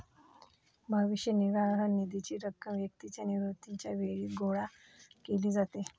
भविष्य निर्वाह निधीची रक्कम व्यक्तीच्या निवृत्तीच्या वेळी गोळा केली जाते